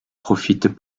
profitent